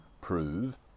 prove